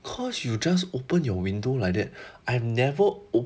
cause you just open your window like that I have never